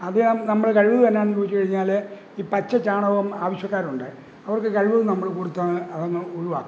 അത് നമ്മള് കഴിവതും എന്നാന്ന് ചോദിച്ചുകഴിഞ്ഞാല് ഈ പച്ചച്ചാണകവും ആവശ്യക്കാരുണ്ട് അവർക്ക് കഴിവതും നമ്മള് കൊടുത്താല് അതങ്ങ് ഒഴിവാക്കും